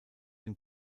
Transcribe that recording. dem